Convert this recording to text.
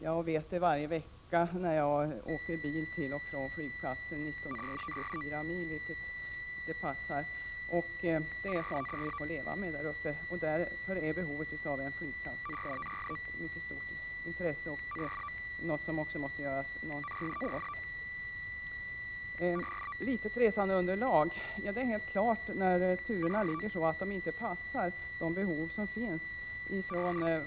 Jag känner till dessa svårigheter, eftersom jag själv åker bil till och från flygplatsen varje vecka, och det blir en sträcka på 19 eller 24 mil, beroende på vilket flyg som passar. Det är sådant vi får leva med där uppe. Att behovet av en flygplats tillgodoses är av mycket stort intresse för befolkningen i det här området.